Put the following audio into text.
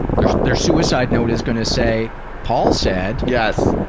their their suicide note is gonna say paul said. yes.